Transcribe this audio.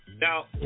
Now